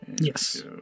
Yes